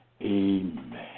Amen